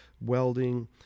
welding